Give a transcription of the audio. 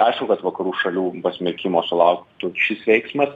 aišku kad vakarų šalių pasmerkimo sulauktų šis veiksmas